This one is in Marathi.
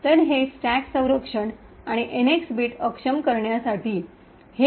तर हे स्टॅक संरक्षण आणि एनएक्स बिट अक्षम करण्यासाठी